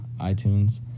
iTunes